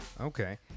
Okay